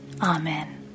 Amen